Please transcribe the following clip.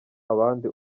abandi